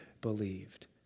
believed